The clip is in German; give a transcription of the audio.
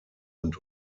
und